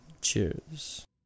Cheers